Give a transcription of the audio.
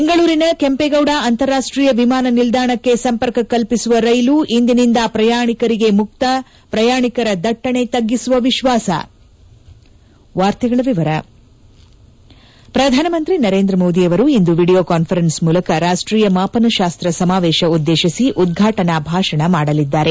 ಬೆಂಗಳೂರಿನ ಕೆಂಪೇಗೌಡ ಅಂತಾರಾಷ್ಟೀಯ ವಿಮಾನ ನಿಲ್ದಾಣಕ್ಕೆ ಸಂಪರ್ಕ ಕಲ್ಪಿಸುವ ರೈಲು ಇಂದಿನಿಂದ ಪ್ರಯಾಣಿಕರಿಗೆ ಮುಕ್ತ ಪ್ರಯಾಣಿಕರ ದಟ್ಟಣೆ ತಗ್ಗಿಸುವ ವಿಶ್ಲಾಸ ಪ್ರಧಾನಮಂತಿ ನರೇಂದ ಮೋದಿ ಇಂದು ವಿಡಿಯೋ ಕಾನ್ಸರೆನ್ಸ್ ಮೂಲಕ ರಾಷ್ಟೀಯ ಮಾಪನಶಾಸ್ತ್ರ ಸಮಾವೇಶ ಉದ್ದೇಶಿಸಿ ಉದ್ಘಾಟನಾ ಭಾಷಣ ಮಾಡಲಿದ್ದಾರೆ